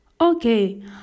Okay